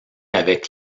avec